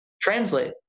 translate